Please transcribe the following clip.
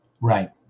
Right